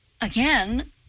again